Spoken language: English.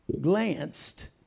glanced